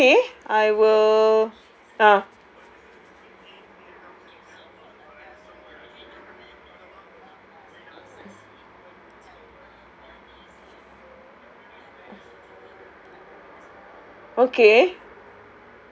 okay I will ah okay